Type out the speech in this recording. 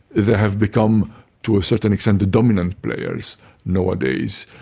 they have become to a certain extent, the dominant players nowadays.